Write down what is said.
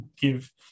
give